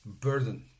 Burden